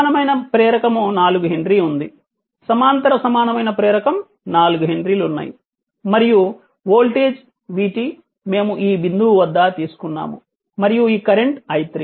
సమానమైన ప్రేరకం 4 హెన్రీ ఉంది సమాంతర సమానమైన ప్రేరకం 4 హెన్రీ ఉంది మరియు వోల్టేజ్ vt మేము ఈ బిందువు వద్ద తీసుకున్నాము మరియు ఈ కరెంట్ i3